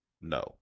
no